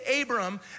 Abram